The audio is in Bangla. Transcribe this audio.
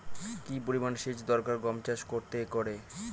কি পরিমান সেচ দরকার গম চাষ করতে একরে?